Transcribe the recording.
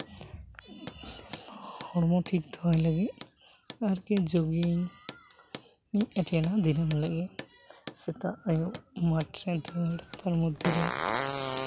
ᱦᱚᱲᱢᱚ ᱴᱷᱤᱠ ᱫᱚᱦᱚᱭ ᱞᱟᱹᱜᱤᱫ ᱟᱨᱠᱤ ᱡᱳᱜᱤᱝ ᱤᱧ ᱮᱴᱮᱱᱟ ᱫᱤᱱᱟᱹᱢ ᱦᱤᱞᱳᱜ ᱜᱮ ᱥᱮᱛᱟᱜ ᱟᱹᱭᱩᱵ ᱢᱟᱴᱷ ᱨᱮ ᱫᱟᱹᱲ ᱛᱟᱨ ᱢᱚᱫᱽᱫᱷᱮ ᱨᱮ